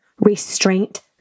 restraint